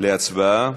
להצבעה